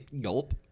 Gulp